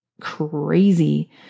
crazy